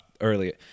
earlier